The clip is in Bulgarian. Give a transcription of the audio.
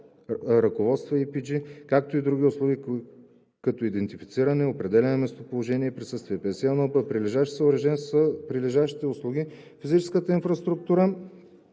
ръководства (EPG), както и други услуги, като идентифициране, определяне на местоположение и присъствие. 51б. „Прилежащи съоръжения“ са прилежащите услуги, физическата инфраструктура